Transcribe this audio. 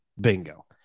Bingo